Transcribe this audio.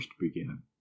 began